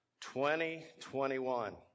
2021